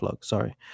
sorry